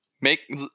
Make